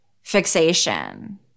fixation